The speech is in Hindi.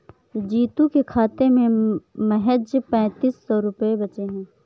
जीतू के खाते में महज पैंतीस सौ रुपए बचे हैं